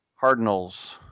Cardinals